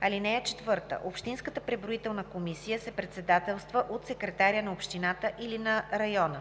(4) Общинската преброителна комисия се председателства от секретаря на общината или на района.